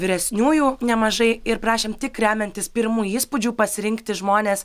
vyresniųjų nemažai ir prašėm tik remiantis pirmu įspūdžiu pasirinkti žmones